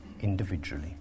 individually